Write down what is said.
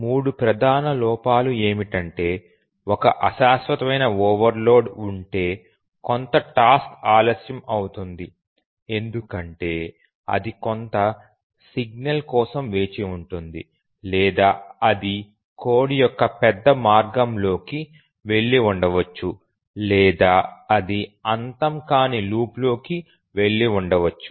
మూడు ప్రధాన లోపాలు ఏమిటంటే ఒక అశాశ్వతమైన ఓవర్లోడ్ ఉంటే కొంత టాస్క్ ఆలస్యం అవుతుంది ఎందుకంటే అది కొంత సిగ్నల్ కోసం వేచి ఉంది లేదా అది కోడ్ యొక్క పెద్ద మార్గంలోకి వెళ్లి ఉండవచ్చు లేదా అది అంతం కాని లూప్లోకి వెళ్లి ఉండవచ్చు